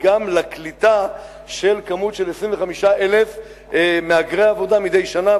גם לקליטה של 25,000 מהגרי עבודה מדי שנה.